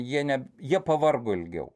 jie ne jie pavargo ilgiau